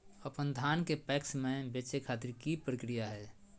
अपन धान के पैक्स मैं बेचे खातिर की प्रक्रिया हय?